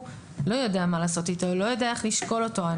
לא יודע מה לעשות איתו ולא יודע איך לשקול אותו.